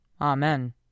Amen